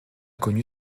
connu